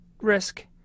risk